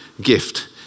gift